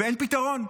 ואין פתרון.